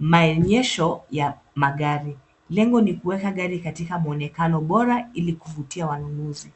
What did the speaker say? maonyesho ya magari. Lengo ni kuweka gari katika muonekano bora ili kuvutia wanunuzi.